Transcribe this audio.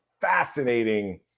fascinating